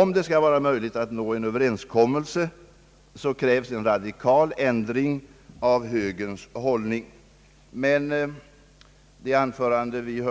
Om det skall vara möjligt att nå en överenskommelse så krävs en radikal ändring av högerns hållning, men herr Virgins anförande nyss